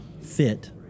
fit